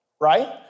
right